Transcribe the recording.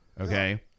Okay